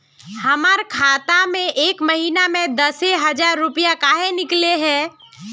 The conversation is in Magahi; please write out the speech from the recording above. हमर खाता में एक महीना में दसे हजार रुपया काहे निकले है?